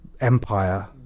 empire